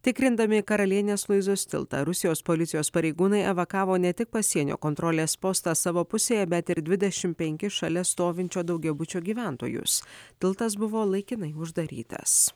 tikrindami karalienės luizos tiltą rusijos policijos pareigūnai evakavo ne tik pasienio kontrolės postą savo pusėje bet ir dvidešimt penkis šalia stovinčio daugiabučio gyventojus tiltas buvo laikinai uždarytas